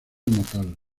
natal